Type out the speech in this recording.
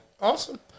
Awesome